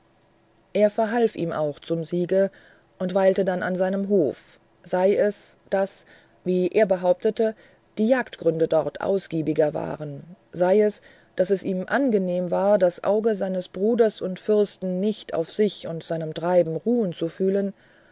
er verhalf ihm auch zum siege und weilte dann an seinem hof sei es daß wie er behauptete die jagdgründe dort ausgiebiger waren sei es daß es ihm angenehm war das auge seines bruders und fürsten nicht auf sich und seinem treiben ruhen zu fühlen